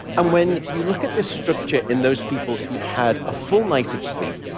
and when you look at this structure in those people who'd had a full night of sleep,